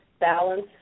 balance